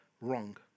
wrong